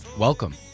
Welcome